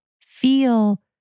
feel